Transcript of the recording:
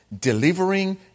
delivering